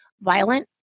violent